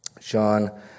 John